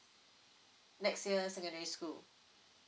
next year secondary school